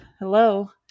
hello